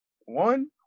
One